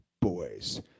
boys